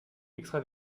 extra